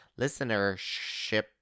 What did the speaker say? listenership